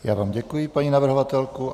Já vám děkuji, paní navrhovatelko.